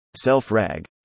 Self-RAG